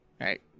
right